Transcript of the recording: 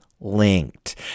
linked